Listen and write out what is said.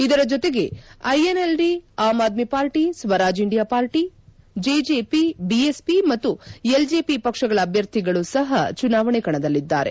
ಇದರ ಜತೆಗೆ INLD Aam Aadmi party Swaraj India party JJP BSP ಮತ್ತು ಎಲ್ಜೆಪಿ ಪಕ್ಷಗಳ ಅಭ್ಯರ್ಥಿಗಳು ಸಹ ಚುನಾವಣೆ ಕಣದಲ್ಲಿದ್ದಾರೆ